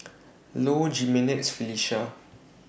Low Jimenez Felicia